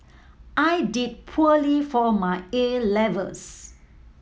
I did poorly for my 'A' levels